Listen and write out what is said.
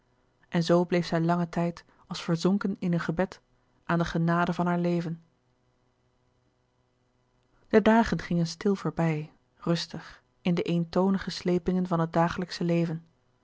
en zoo bleef zij langen tijd als verzonken in een gebed aan de genade van haar leven de dagen gingen stil voorbij rustig in de eentonige slepingen van het dagelijksche leven